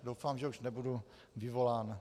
Doufám, že už nebudu vyvolán.